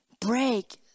break